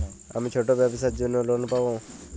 আমি ছোট ব্যবসার জন্য লোন পাব?